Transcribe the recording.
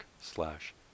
slash